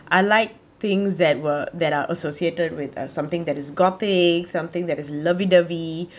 I like things that were that are associated with uh something that is got the something that is lovey dovey